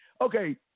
Okay